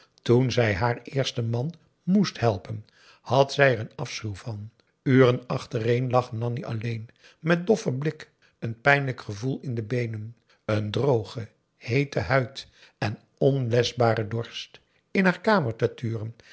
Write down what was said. toen zij haar eersten man moest helpen had zij er een afschuw van uren achtereen lag nanni alleen met doffen blik een pijnlijk gevoel in de beenen een droge heete huid en onleschbare dorst in haar kamer